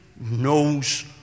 knows